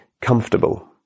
comfortable